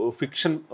fiction